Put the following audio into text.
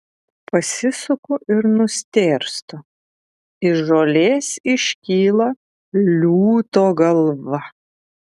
pasisuku ir nustėrstu iš žolės iškyla liūto galva